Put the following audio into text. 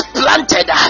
planted